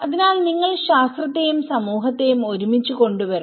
അതിനാൽ നിങ്ങൾ ശാസ്ത്രത്തെയും സമൂഹത്തെയും ഒരുമിച്ച് കൊണ്ടുവരണം